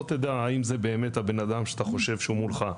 תדע האם זה באמת הבן אדם שאתה חושב שמולך.